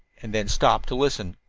and then stopped to listen.